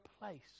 place